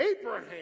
Abraham